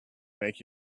make